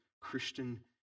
Christian